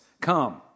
Come